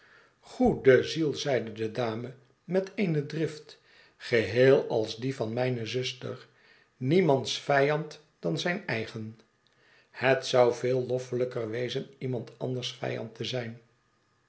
goede ziel zeide de dame met eene drift geheel als die van mijne zuster niemands vjjand dan zijn eigen het zouveel loffelijker wezen iemand anders vijand te zijn